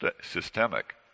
systemic